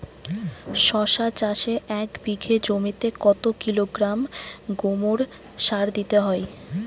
শশা চাষে এক বিঘে জমিতে কত কিলোগ্রাম গোমোর সার দিতে হয়?